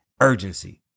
urgency